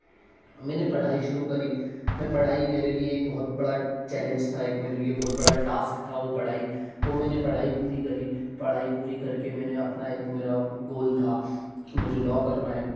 मैंने पढ़ाई शुरू करी मैं पढ़ाई मेरे लिए एक बहुत बड़ा चैलेंज था एक मेरे लिए बहुत बड़ा टास्क था वो पढ़ाई वो मैंने पढ़ाई पूरी करी पढ़ाई पूरी करके मैंने अपना एक मेरा गोल था के मुझे लॉ करना है